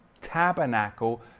tabernacle